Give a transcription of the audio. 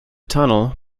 tunnel